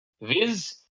viz